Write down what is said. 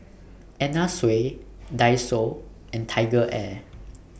Anna Sui Daiso and TigerAir